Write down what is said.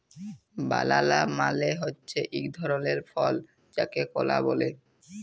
বালালা মালে হছে ইক ধরলের ফল যাকে কলা ব্যলে